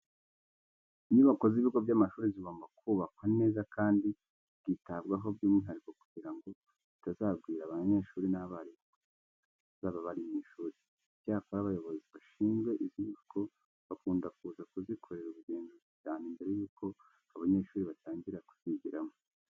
Inyubako z'ibigo by'amashuri zigomba kubakwa neza kandi zikitabwaho by'umwihariko kugira ngo zitazagwira abanyeshuri n'abarimu mu gihe bazaba bari mu ishuri. Icyakora abayobozi bashinzwe izi nyubako bakunda kuza kuzikorera ubugenzuzi cyane mbere yuko abanyeshuri batangira kuzigiramo.